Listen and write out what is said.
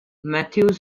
matthews